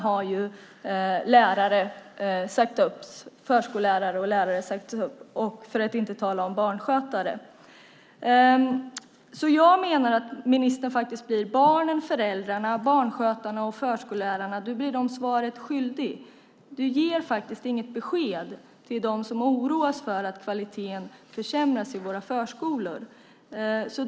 Faktum är att både förskollärare och lärare redan har sagts upp, för att inte tala om barnskötare. Jag menar alltså att ministern blir barnen, föräldrarna, barnskötarna och förskollärarna svaret skyldig. Du ger inget besked till dem som oroar sig för att kvaliteten försämras i våra förskolor.